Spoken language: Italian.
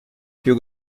più